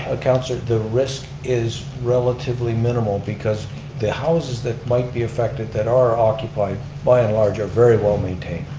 ah councilor, the risk is relatively minimal because the houses that might be affected that are occupied by and large are very well maintained.